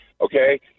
Okay